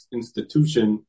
institution